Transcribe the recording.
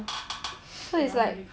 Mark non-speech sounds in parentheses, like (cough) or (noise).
(noise) that [one] no need cover